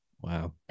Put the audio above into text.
Wow